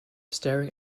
staring